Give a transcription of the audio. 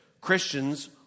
Christians